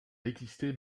existé